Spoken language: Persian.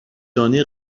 دانه